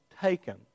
taken